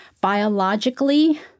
biologically